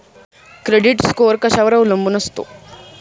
Credit score कशावर अवलंबून असतो?